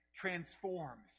transforms